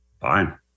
fine